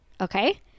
okay